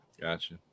gotcha